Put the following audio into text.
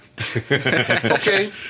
Okay